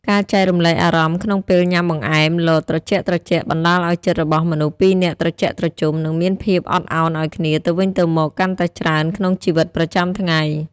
ការចែករំលែកអារម្មណ៍ក្នុងពេលញ៉ាំបង្អែមលតត្រជាក់ៗបណ្ដាលឱ្យចិត្តរបស់មនុស្សពីរនាក់ត្រជាក់ត្រជុំ និងមានភាពអត់ឱនឱ្យគ្នាទៅវិញទៅមកកាន់តែច្រើនក្នុងជីវិតប្រចាំថ្ងៃ។